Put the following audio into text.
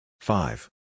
five